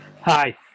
Hi